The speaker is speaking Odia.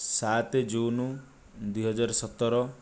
ସାତ ଜୁନ ଦୁଇହଜାର ସତର